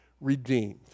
redeemed